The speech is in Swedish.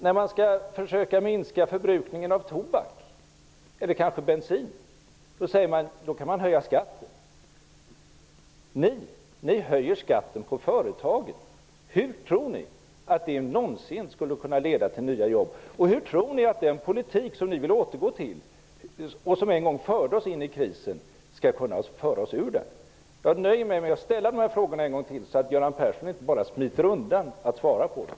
När man skall försöka minska förbrukningen av tobak eller kanske bensin kan man höja skatten. Ni höjer skatten på företagen. Hur tror ni att det någonsin skall kunna leda till nya jobb? Och hur tror ni att den politik som ni vill återgå till och som en gång förde oss in i krisen skall kunna föra oss ur den? Jag nöjer mig med att ställa dessa frågor en gång till, så att Göran Persson inte bara smiter undan utan att svara på dem.